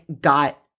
got